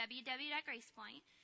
www.gracepoint